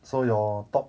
so your top